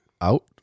out